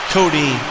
Cody